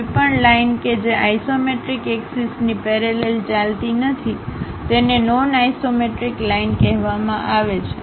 કોઈપણ લાઇન કે જે આઇસોમેટ્રિક એક્સિસ ની પેરેલલ ચાલતી નથી તેને નોન આઇસોમેટ્રિક લાઇન કહેવામાં આવે છે